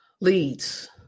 leads